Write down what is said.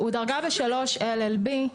הוא בדרגת שלוש LLB,